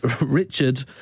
Richard